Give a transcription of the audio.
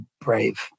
brave